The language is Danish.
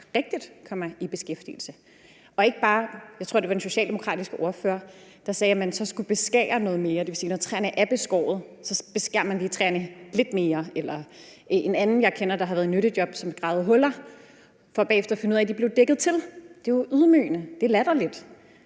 rigtigt kommer i beskæftigelse og ikke bare, som jeg tror den socialdemokratiske sagde, skal beskære noget mere. Det vil sige, at når træerne er beskåret, beskærer man dem lige træerne lidt mere. Eller som hos en anden, jeg kender, der har været i nyttejob, og som gravede huller – for bagefter at finde ud af, at de blev dækket til. Det er jo ydmygende; det er latterligt.